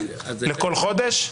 לכל חודש?